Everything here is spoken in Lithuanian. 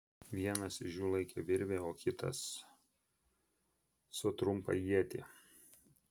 vienas iš jų laikė virvę o kitas su trumpą ietį